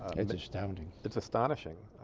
its astounding it's astonishing